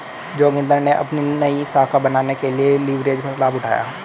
जोगिंदर ने अपनी नई शाखा बनाने के लिए लिवरेज का लाभ उठाया